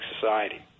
society